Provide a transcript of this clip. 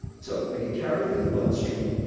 so, they get carried through the bloodstream,